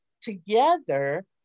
together